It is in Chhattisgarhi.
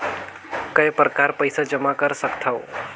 काय प्रकार पईसा जमा कर सकथव?